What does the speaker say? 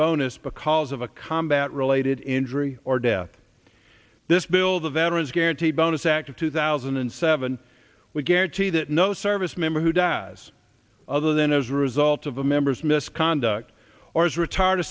bonus because of a combat related injury or death this bill the veteran's guaranteed bonus act of two thousand and seven will guarantee that no service member who dies other than as a result of a member's misconduct or is retarded